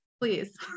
Please